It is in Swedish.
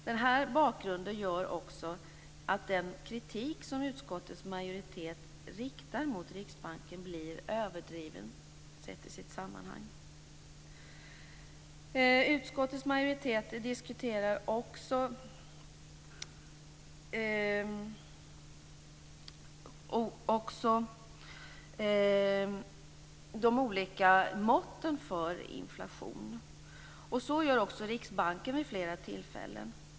Denna bakgrund gör också att den kritik som utskottets majoritet riktar mot Riksbanken blir överdriven, sett i sitt sammanhang. Utskottets majoritet diskuterar de olika måtten för inflation. Så gör också Riksbanken vid flera tillfällen.